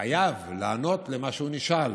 חייב לענות על מה שהוא נשאל.